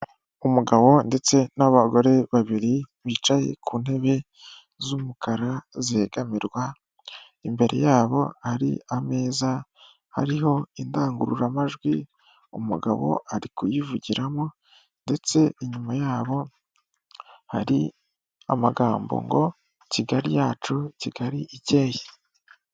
Umugabo ndetse n'abagore babiri bicaye ku ntebe z'umukara zegamirwa, imbere yabo hari ameza ariho indangururamajwi, umugabo ari kuyivugiramo ndetse inyuma yabo hari amagambo ngo Kigali yacu Kigali icyeye.